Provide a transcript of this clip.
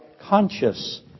conscious